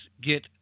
get